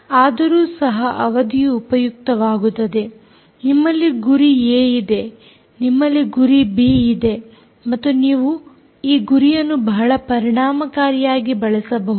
ಆದರೂ ಸಹ ಅವಧಿಯು ಉಪಯುಕ್ತವಾಗುತ್ತದೆ ನಿಮ್ಮಲ್ಲಿ ಗುರಿ ಏ ಇದೆ ನಿಮ್ಮಲ್ಲಿ ಗುರಿ ಬಿ ಇದೆ ಮತ್ತು ನೀವು ಈ ಗುರಿಯನ್ನು ಬಹಳ ಪರಿಣಾಮಕಾರಿಯಾಗಿ ಬಳಸಬಹುದು